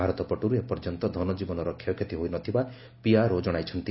ଭାରତ ପଟରୁ ଏପର୍ଯ୍ୟନ୍ତ ଧନଜୀବନର କ୍ଷୟକ୍ଷତି ହୋଇନଥିବାର ପିଆର୍ଓ ଜଣାଇଛନ୍ତି